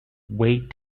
wait